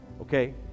Okay